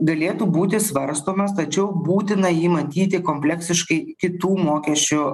galėtų būti svarstomas tačiau būtina jį matyti kompleksiškai kitų mokesčių